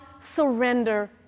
Surrender